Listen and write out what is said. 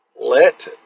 Let